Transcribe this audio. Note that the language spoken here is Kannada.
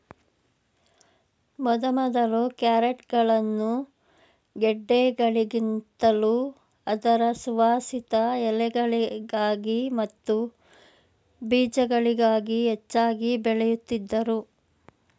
ಮೊದಮೊದಲು ಕ್ಯಾರೆಟ್ಗಳನ್ನು ಗೆಡ್ಡೆಗಳಿಗಿಂತಲೂ ಅದರ ಸುವಾಸಿತ ಎಲೆಗಳಿಗಾಗಿ ಮತ್ತು ಬೀಜಗಳಿಗಾಗಿ ಹೆಚ್ಚಾಗಿ ಬೆಳೆಯುತ್ತಿದ್ದರು